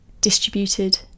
distributed